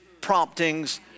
promptings